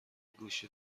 گوشی